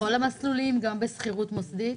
גם בשכירות רוחבית?